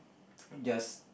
just